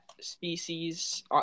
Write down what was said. species